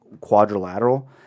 quadrilateral